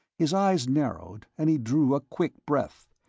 his eyes narrowed and he drew a quick breath,